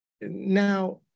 Now